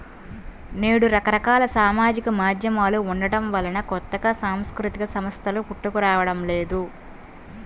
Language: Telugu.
నేడు రకరకాల సామాజిక మాధ్యమాలు ఉండటం వలన కొత్తగా సాంస్కృతిక సంస్థలు పుట్టుకురావడం లేదు